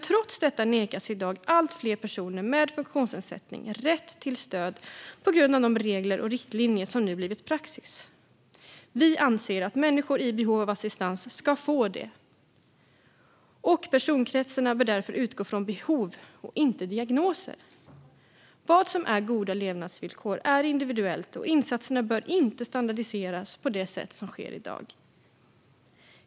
Trots detta nekas i dag allt fler personer med funktionsnedsättning rätt till stöd på grund av de regler och riktlinjer som nu blivit praxis. Vi anser att människor i behov av assistans ska få det, och personkretsarna bör därför utgå från behov och inte diagnoser. Vad som är goda levnadsvillkor är individuellt, och insatserna bör inte standardiseras på det sätt som sker i dag.